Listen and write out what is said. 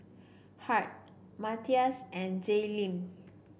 Hart Mathias and Jaelynn